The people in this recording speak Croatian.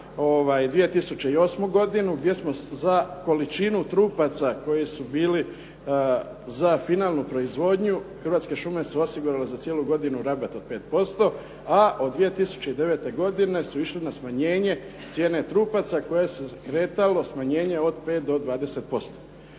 2008. godinu gdje smo za količinu trupaca koji su bili za finalnu proizvodnju Hrvatske šume su osigurale za cijelu godinu rabat od 5% a od 2009. godine su išli na smanjenje cijene trupaca koje se kretalo smanjenje od 5 do 20%.